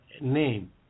name